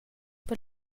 per